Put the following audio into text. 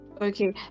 okay